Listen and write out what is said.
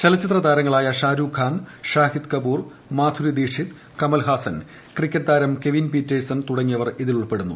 ചലച്ചിത്ര താരങ്ങളായ ഷാരൂഖ് ഖാൻ ഷാഹിദ് കപൂർ മാധുരി ദിക്ഷിത് കമൽ ഹാസൻ ക്രിക്കറ്റ് താരം കെവിൻ പീറ്റേഴ്സൺ തുടങ്ങിയവർ ഇതിൽ ഉൾപ്പെടുന്നു